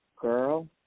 girl